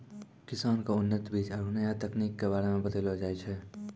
किसान क उन्नत बीज आरु नया तकनीक कॅ बारे मे बतैलो जाय छै